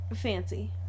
Fancy